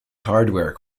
hardware